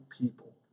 people